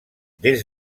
des